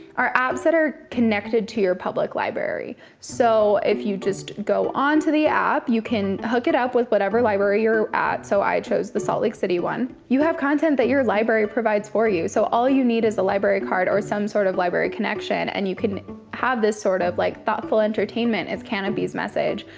are apps that are connected to your public library. so if you just go onto the app, you can hook it up with whatever library you're at. so i chose the salt lake city one. you have content that your library provides for you. so all you need is a library card or some sort of library connection and you can have this sort of like thoughtful entertainment. it's kanopy's message.